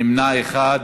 נמנע אחד,